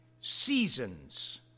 Seasons